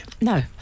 No